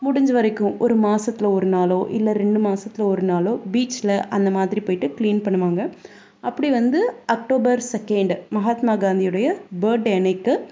முடிஞ்ச வரைக்கும் ஒரு மாசத்தில் ஒரு நாளோ இல்லை ரெண்டு மாசத்தில் ஒரு நாளோ பீச்சில் அந்த மாதிரி போய்ட்டு க்ளீன் பண்ணுவாங்க அப்படி வந்து அக்டோபர் செகேண்ட் மகாத்மா காந்தியுடைய பர்த்டே அன்னைக்கு